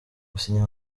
gusinya